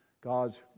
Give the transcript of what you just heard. God's